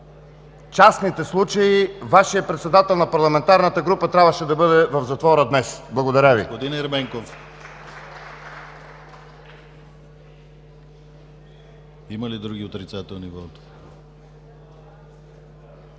частните случаи, Вашият председател на парламентарната група трябваше да бъде в затвора днес. Благодаря Ви.